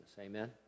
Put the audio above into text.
Amen